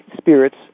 spirits